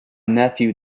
nephew